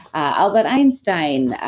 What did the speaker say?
albert einstein.